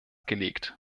gelegt